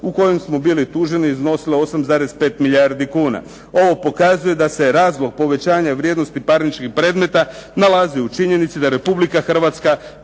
u kojima smo bili tuženi iznosila 8,5 milijardi kuna. Ovo pokazuje da se razlog povećanja vrijednosti parničkih predmeta, nalazi u činjenici da Republika Hrvatska